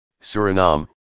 Suriname